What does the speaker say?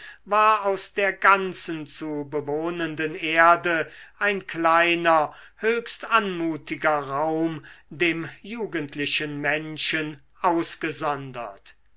war aus der ganzen zu bewohnenden erde ein kleiner höchst anmutiger raum dem jugendlichen menschen ausgesondert